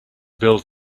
build